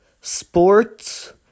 sports